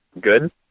good